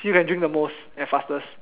see who can drink the most and fastest